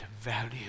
value